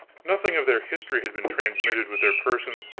nothing of their history had been transmitted with their persons,